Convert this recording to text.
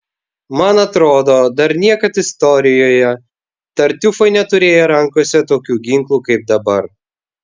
man atrodo dar niekad istorijoje tartiufai neturėjo rankose tokių ginklų kaip dabar